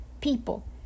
people